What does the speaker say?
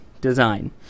design